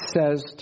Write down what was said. says